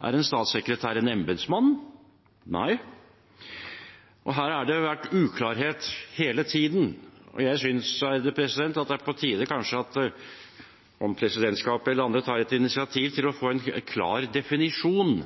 Er en statssekretær en embetsmann? Nei. Her har det vært uklarhet hele tiden, og jeg synes kanskje det er på tide at presidentskapet eller andre tar et initiativ til å få en klar definisjon